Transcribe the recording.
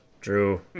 Drew